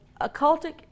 occultic